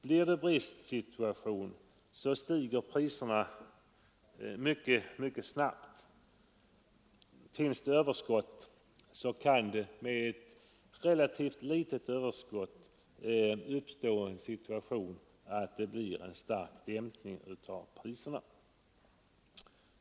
Blir det en bristsituation, stiger priserna mycket snabbt; finns det överskott, kan även med ett relativt litet överskott den situationen uppstå, att det blir en stark dämpning av priserna.